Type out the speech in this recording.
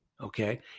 okay